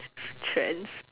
trends